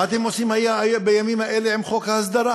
מה אתם עושים בימים האלה עם חוק ההסדרה?